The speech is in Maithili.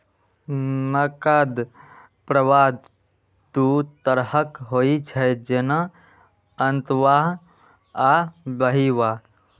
नकद प्रवाह दू तरहक होइ छै, जेना अंतर्वाह आ बहिर्वाह